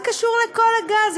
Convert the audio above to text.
זה קשור לכל הגז,